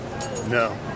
No